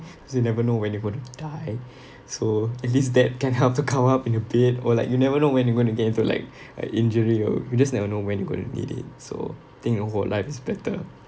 cause you never know when you going to die so at least that can help to come up in your bed or like you never know when you going to get into like like injury or you just never know when you going to need it so think a whole life is better